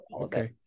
Okay